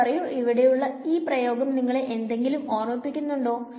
ഇനി പറയു ഇവിടെയുള്ള ഈ പ്രയോഗം നിങ്ങളെ എന്തെങ്കിലും ഓര്മിപ്പിക്കുന്നുണ്ടോ